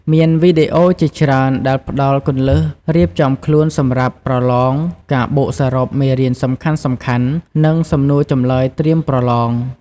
មានវីដេអូជាច្រើនដែលផ្ដល់ គន្លឹះរៀបចំខ្លួនសម្រាប់ប្រឡង ការបូកសរុបមេរៀនសំខាន់ៗ និងសំណួរចម្លើយត្រៀមប្រឡង។